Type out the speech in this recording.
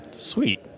Sweet